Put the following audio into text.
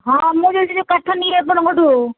ହଁ ମୁଁ ଯିଏ ଯୋଉ କାଠ ନିଏ ଆପଣଙ୍କଠୁ